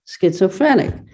schizophrenic